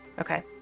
Okay